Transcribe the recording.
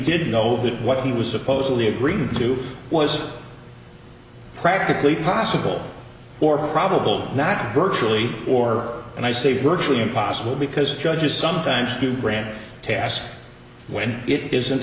did know what he was supposedly agreeing to was practically possible or probable that virtually or and i say virtually impossible because judges sometimes do grant tasks when it isn't